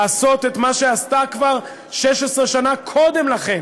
לעשות את מה שעשתה כבר 16 שנה קודם לכן,